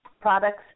products